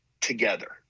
together